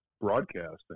broadcasting